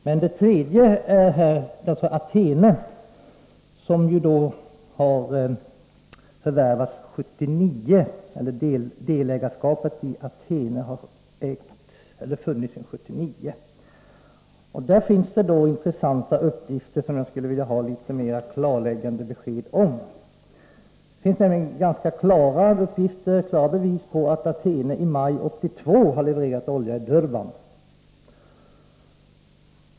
Men det tredje fartyget, Athene, förvärvade Zenit delägarskap i 1979. Det finns några intressanta uppgifter om detta fartyg som jag skulle vilja ha litet mera klarläggande besked om. Man har nämligen ganska klara bevis på att Athene i maj 1982 har levererat olja i Durban.